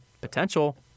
potential